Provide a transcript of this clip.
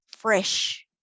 fresh